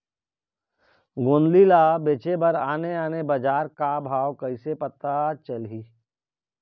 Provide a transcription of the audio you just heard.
गोंदली ला बेचे बर आने आने बजार का भाव कइसे पता चलही?